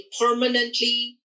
permanently